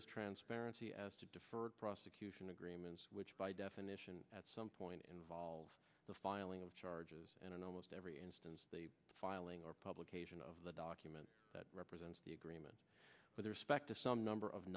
is transparency as to deferred prosecution agreements which by definition at some point involve the filing of charges and in almost every instance the filing or publication of the document that represents the agreement with respect to some number of